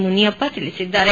ಮುನಿಯಪ್ಪ ತಿಳಿಸಿದ್ದಾರೆ